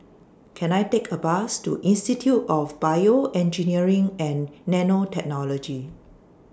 Can I Take A Bus to Institute of Bioengineering and Nanotechnology